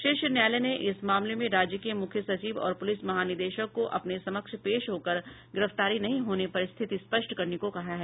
शीर्ष न्यायालय ने इस मामले में राज्य के मुख्य सचिव और पुलिस महानिदेशक को अपने समक्ष पेश होकर गिरफ्तारी नहीं होने पर स्थिति स्पष्ट करने को कहा है